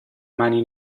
mani